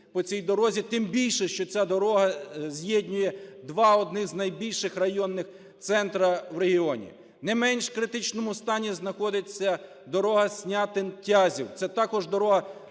по цій дорозі, тим більше, що ця дорога з'єднує два з найбільших районних центри в регіоні. Не менш в критичному стані знаходиться дорога Снятин – Тязів, це також дорога